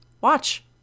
Watch